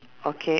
okay